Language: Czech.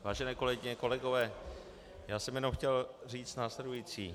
Vážené kolegyně, kolegové, já jsem jenom chtěl říci následující.